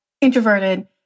introverted